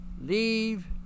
leave